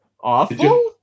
awful